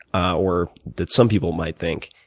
ah or that some people might think,